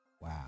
Wow